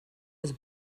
was